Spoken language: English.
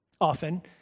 often